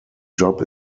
job